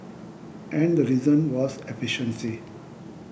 and the reason was efficiency